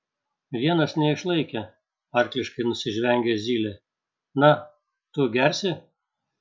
vienas neišlaikė arkliškai nusižvengė zylė na tu gersi